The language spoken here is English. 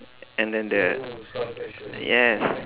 and then the yes